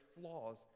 flaws